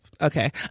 Okay